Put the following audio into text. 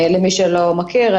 למי שלא מכיר,